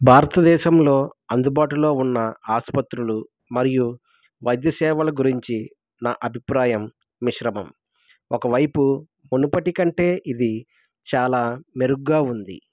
భారతదేశంలో అందుబాటులో ఉన్న ఆసుపత్రులు మరియు వైద్య సేవలు గురించి నా అభిప్రాయం మిశ్రమం ఒకవైపు మునుపటి కంటే ఇది చాలా మెరుగుగా ఉంది